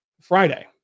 Friday